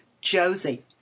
Josie